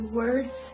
words